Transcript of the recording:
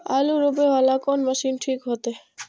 आलू रोपे वाला कोन मशीन ठीक होते?